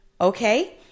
Okay